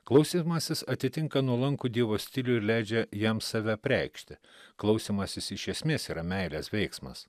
klausymasis atitinka nuolankų dievo stilių ir leidžia jam save apreikšti klausymasis iš esmės yra meilės veiksmas